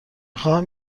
خواهم